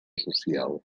social